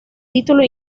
título